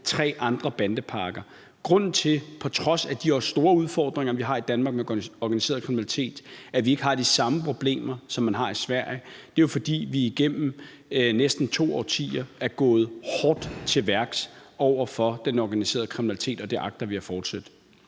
tre andre bandepakker. Grunden til, at vi, på trods af de store udfordringer, vi har i Danmark med organiseret kriminalitet, ikke har de samme problemer, som man har i Sverige, er jo, at vi igennem næsten to årtier er gået hårdt til værks over for den organiserede kriminalitet, og det agter vi at fortsætte